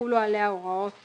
ויחולו עליה כל ההוראות